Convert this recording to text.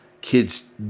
kids